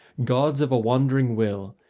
gods of a wandering will,